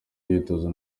imyitozo